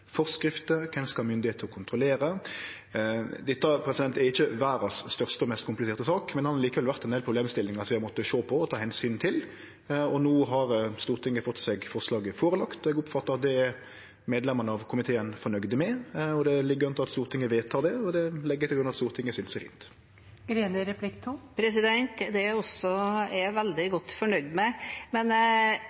forskrifter? Kven skal ha myndigheit til å kontrollere? Dette er ikkje verdas største og mest kompliserte sak, men det har likevel vore ein del problemstillingar som vi har måtta sjå på og ta omsyn til. No har forslaget vorte lagt fram for Stortinget, og eg oppfattar at det er medlemane av komiteen fornøgde med. Det ligg an til at Stortinget vedtek det, og det legg eg til grunn at Stortinget synest er fint. Det er jeg også veldig godt fornøyd med.